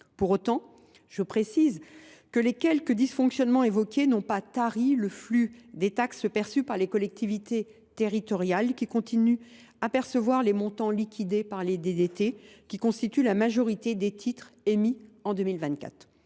Cependant, je précise que les quelques dysfonctionnements évoqués n’ont pas tari le flux des taxes perçues par les collectivités territoriales, qui continuent à percevoir les montants liquidés par les DDT, lesquels constituent la majorité des titres émis en 2024.